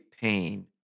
pain